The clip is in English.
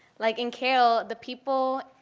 like in carroll the people,